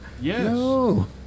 Yes